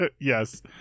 Yes